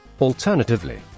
Alternatively